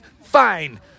fine